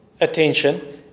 attention